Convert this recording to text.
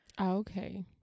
okay